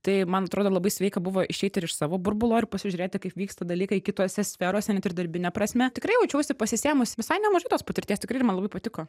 tai man atrodo labai sveika buvo išeit ir iš savo burbulo ir pasižiūrėti kaip vyksta dalykai kitose sferose net ir darbine prasme tikrai jaučiausi pasisėmus visai nemažai tos patirties tikrai ir man labai patiko